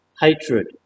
hatred